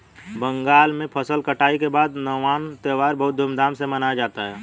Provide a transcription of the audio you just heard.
बंगाल में फसल कटाई के बाद नवान्न त्यौहार बहुत धूमधाम से मनाया जाता है